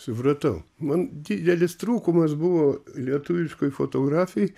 supratau man didelis trūkumas buvo lietuviškoj fotografijoj